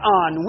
on